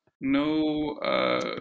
no